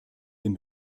den